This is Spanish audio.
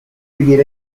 vivir